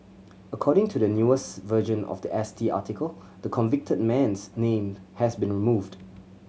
according to the newest version of the S T article the convicted man's name has been removed